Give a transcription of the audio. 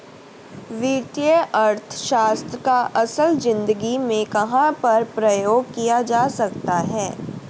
वित्तीय अर्थशास्त्र का असल ज़िंदगी में कहाँ पर प्रयोग किया जा सकता है?